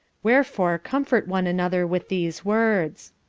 wherefore comfort one another with these words.